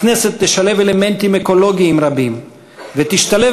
הכנסת תשלב אלמנטים אקולוגיים רבים ותשתלב